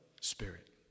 spirit